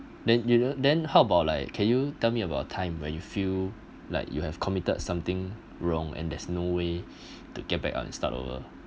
then you know then how about like can you tell me about a time when you feel like you have committed something wrong and there's no way to get back on or start over